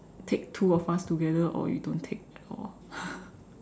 take two of us together or you don't take at all